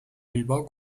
bilbao